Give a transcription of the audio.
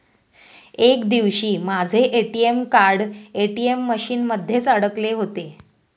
एक दिवशी माझे ए.टी.एम कार्ड ए.टी.एम मशीन मध्येच अडकले होते